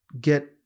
get